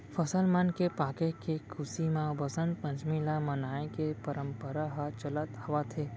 फसल मन के पाके के खुसी म बसंत पंचमी ल मनाए के परंपरा ह चलत आवत हे